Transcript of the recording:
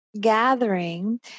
gathering